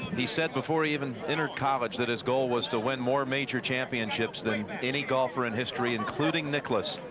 he said before, even entered college, that his goal was to win more major championships than any golfer in history, including nicklaus